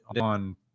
on